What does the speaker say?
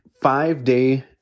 five-day